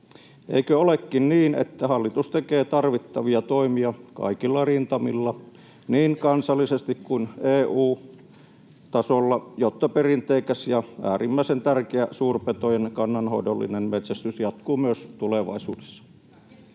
eikö olekin niin, että hallitus tekee tarvittavia toimia kaikilla rintamilla niin kansallisesti kuin EU-tasolla, jotta perinteikäs ja äärimmäisen tärkeä suurpetojen kannanhoidollinen metsästys jatkuu myös tulevaisuudessa?